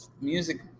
music